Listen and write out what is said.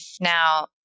Now